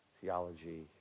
theology